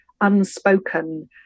unspoken